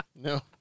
No